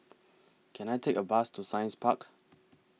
Can I Take A Bus to Science Park